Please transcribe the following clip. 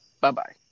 bye-bye